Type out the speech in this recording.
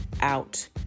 out